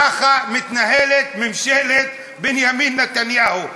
ככה מתנהלת ממשלת בנימין נתניהו.